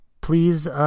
please